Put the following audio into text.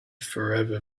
forever